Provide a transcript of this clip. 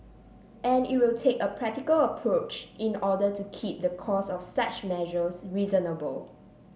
and it will take a practical approach in order to keep the cost of such measures reasonable